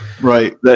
Right